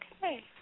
Okay